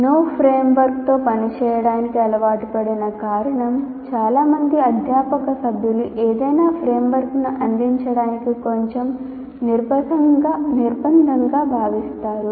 నోఫ్రేమ్వర్క్తో పనిచేయడానికి అలవాటు పడిన కారణం చాలా మంది అధ్యాపక సభ్యులు ఏదైనా ఫ్రేమ్వర్క్ను అందించడానికి కొంచెం నిర్బంధంగా భావిస్తారు